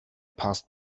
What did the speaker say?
passed